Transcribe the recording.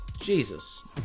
Jesus